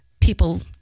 people